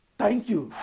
thank you.